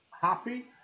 happy